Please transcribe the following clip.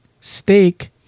steak